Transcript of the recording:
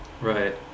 Right